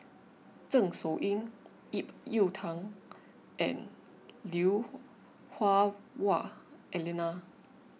Zeng Shouyin Ip Yiu Tung and Lui Hah Wah Elena